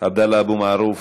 עבדאללה אבו מערוף,